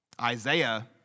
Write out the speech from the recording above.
Isaiah